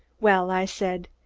well, i said,